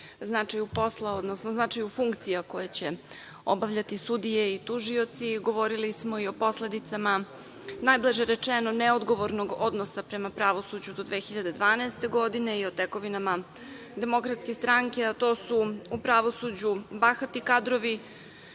značaju posla, odnosno značaju funkcija koje će obavljati sudije i tužioci. Govorili smo i o posledicama, najblaže rečeno, neodgovornog odnosa prema pravosuđu do 2012. godine i o tekovinama DS, a to su u pravosuđu bahati kadrovi